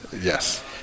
Yes